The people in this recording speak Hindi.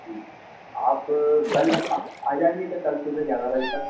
जी आप कल आ जाएँगे क्या कल सुबह ग्यारह बजे तक